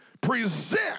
Present